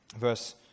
Verse